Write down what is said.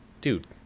Dude